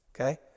Okay